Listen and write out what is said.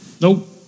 Nope